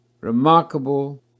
Remarkable